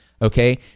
Okay